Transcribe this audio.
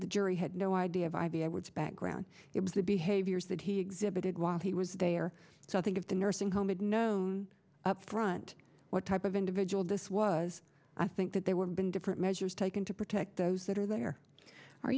the jury had no idea of i b i woods background it was the behaviors that he exhibited while he was there so i think if the nursing home had known upfront what type of individual this was i think that they would have been different measures taken to protect those that are there are